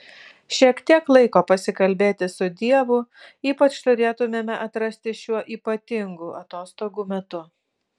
šiek tiek laiko pasikalbėti su dievu ypač turėtumėme atrasti šiuo ypatingu atostogų metu